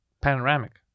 Panoramic